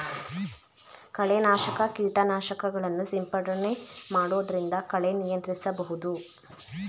ಕಳೆ ನಾಶಕ ಕೀಟನಾಶಕಗಳನ್ನು ಸಿಂಪಡಣೆ ಮಾಡೊದ್ರಿಂದ ಕಳೆ ನಿಯಂತ್ರಿಸಬಹುದು